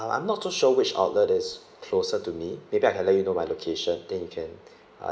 um I'm not too sure which outlet is closer to me maybe I can let you know my location then you can